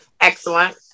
Excellent